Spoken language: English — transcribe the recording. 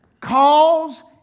calls